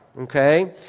Okay